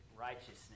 righteousness